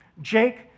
Jake